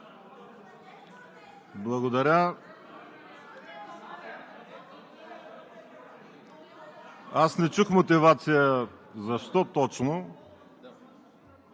Благодаря. Аз не чух мотивация защо точно